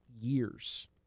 years